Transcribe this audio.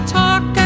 talk